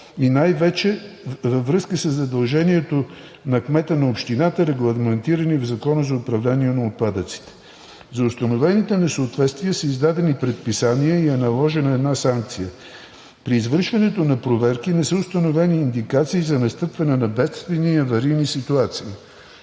и най-вече във връзка със задължението на кмета на общината, регламентирани в Закона за управление на отпадъците. За установените несъответствия са издадени предписания и е наложена една санкция. При извършването на проверки не са установени индикации за настъпване на бедствени и аварийни ситуации.